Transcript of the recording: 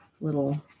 little